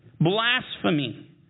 Blasphemy